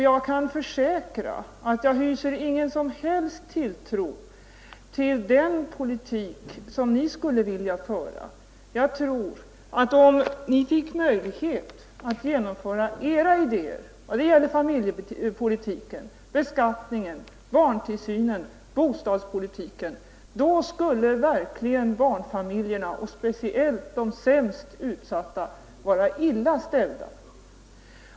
Jag kan försäkra att jag inte hyser någon som helst tilltro till den politik som ni skulle vilja föra. Om ni fick möjlighet att genomföra era idéer beträffande familjepolitiken, beskattningen, barntillsynen och bostadspolitiken, tror jag verkligen att barnfamiljerna, speciellt de sämst utsatta, skulle vara illa ställda.